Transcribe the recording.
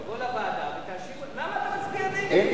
נגד, 1. אם